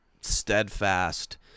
steadfast